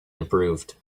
improved